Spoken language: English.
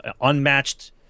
unmatched